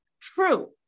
true